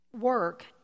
work